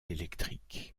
electric